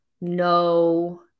No